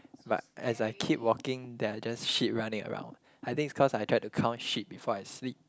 but as I keep walking there are just sheep running around I think it's cause I tried to count sheep before I sleep